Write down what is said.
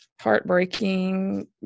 heartbreaking